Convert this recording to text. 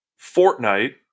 Fortnite